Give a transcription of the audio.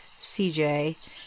CJ